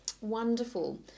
Wonderful